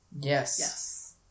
Yes